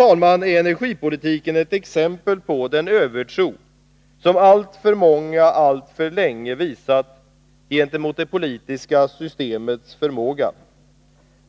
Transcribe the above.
Ytterst är energipolitiken ett exempel på den övertro som alltför många alltför länge visat gentemot det politiska systemets förmåga